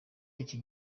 iki